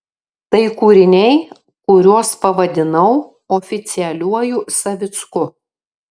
tai kūriniai kuriuos pavadinau oficialiuoju savicku